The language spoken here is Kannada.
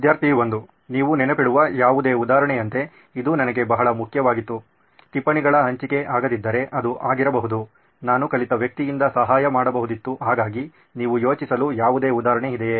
ವಿದ್ಯಾರ್ಥಿ 1 ನೀವು ನೆನಪಿಡುವ ಯಾವುದೇ ಉದಾಹರಣೆಯಂತೆ ಇದು ನನಗೆ ಬಹಳ ಮುಖ್ಯವಾಗಿತ್ತು ಟಿಪ್ಪಣಿಗಳ ಹಂಚಿಕೆ ಆಗದಿದ್ದರೆ ಅದು ಆಗಿರಬಹುದು ನಾನು ಕಲಿತ ವ್ಯಕ್ತಿಯಿಂದ ಸಹಾಯ ಮಾಡಬಹುದಿತ್ತು ಹಾಗಾಗಿ ನೀವು ಯೋಚಿಸಲು ಯಾವುದೇ ಉದಾಹರಣೆ ಇದೆಯೇ